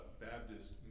Baptist